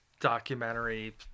documentary